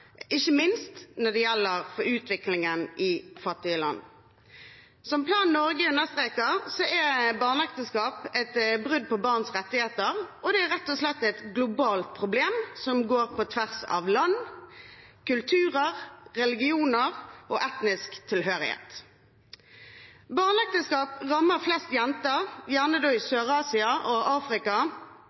ikke minst når det gjelder utviklingen i fattige land. Som Plan Norge understreker, er barneekteskap et brudd på barns rettigheter. Det er rett og slett et globalt problem, som finnes på tvers av land, kulturer, religioner og etnisk tilhørighet. Barneekteskap rammer flest jenter, gjerne i Sør-Asia og Afrika